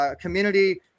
community